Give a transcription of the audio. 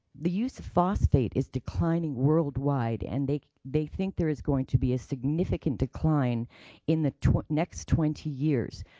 the use of phosphate is declining worldwide, and they they think there is going to be a significant decline in the next twenty years.